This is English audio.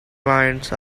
clients